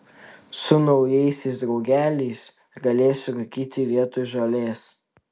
su naujaisiais draugeliais galėsi rūkyti vietoj žolės